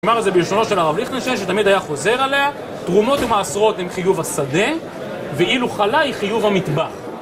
הוא אמר את זה בלשונו של הרב ליכטנשטיין, שתמיד היה חוזר עליה, תרומות ומעשרות הם חיוב השדה ואילו חלה היא חיוב המטבח